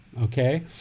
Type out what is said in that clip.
okay